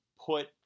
put